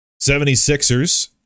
76ers